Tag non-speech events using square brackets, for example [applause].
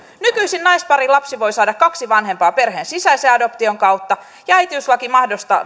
nykyisin naisparin lapsi voi saada kaksi vanhempaa perheen sisäisen adoption kautta ja äitiyslaki mahdollistaa [unintelligible]